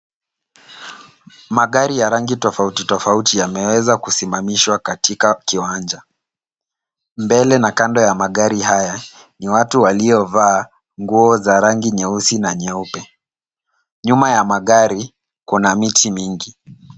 Magari ya rangi tofauti tofauti yameweza kusimamishwa katika kiwanja. Mbele na kando ya magari haya, ni watu waliovaa nguo za rangi nyeusi na nyeupe. Nyuma ya magari kuna miti mingi.